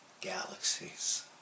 galaxies